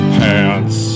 pants